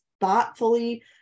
thoughtfully